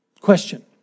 Question